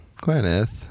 Gwyneth